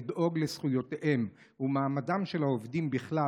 לדאוג לזכויותיהם ומעמדם של העובדים בכלל